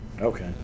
Okay